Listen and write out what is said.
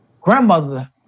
grandmother